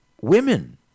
women